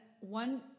one